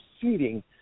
seating